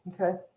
Okay